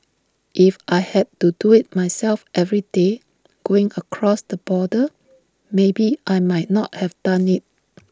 if I had to do IT myself every day going across the border maybe I might not have done IT